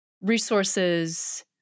resources